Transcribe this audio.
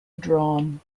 drawn